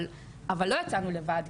אבל לא יצאנו לבד,